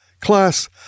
Class